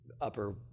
upper